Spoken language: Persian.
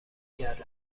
گردم